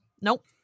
nope